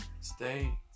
stay